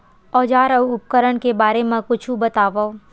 औजार अउ उपकरण के बारे मा कुछु बतावव?